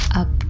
up